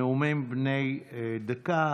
נאומים בני דקה.